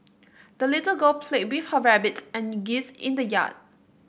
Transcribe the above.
the little girl played with her rabbit and geese in the yard